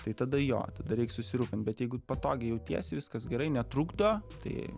tai tada jo tada reik susirūpint bet jeigu patogiai jautiesi viskas gerai netrukdo tai